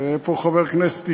איפה חבר הכנסת ישי?